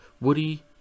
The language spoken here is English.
Woody